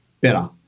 better